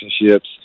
relationships